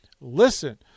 listen